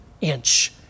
inch